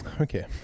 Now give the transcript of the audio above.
Okay